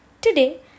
Today